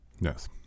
Yes